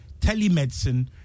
telemedicine